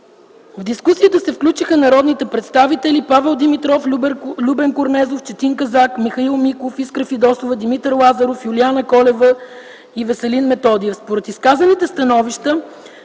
В дискусията се включиха народните представители Павел Димитров, Любен Корнезов, Казак, Михаил Миков, Искра Фидосова, Димитър Лазаров, Юлиана Колева и Веселин Методиев.